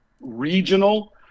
regional